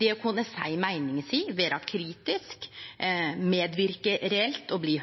det å kunne seie meininga si, vere kritisk, medverke reelt og bli